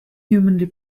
humanly